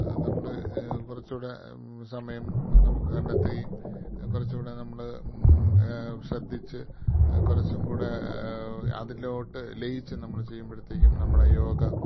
നമ്മൾ കുറച്ചുകൂടെ സമയം നമുക്ക് കണ്ടെത്തുവേം കുറച്ചുകൂടെ നമ്മൾ ശ്രദ്ധിച്ച് കുറച്ചുംങ്കൂടെ അതിലോട്ട് ലയിച്ച് നമ്മൾ ചെയ്യുമ്പോഴത്തേക്കും നമ്മളെ യോഗ